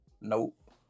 Nope